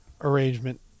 arrangement